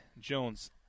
Jones